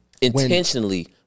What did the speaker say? intentionally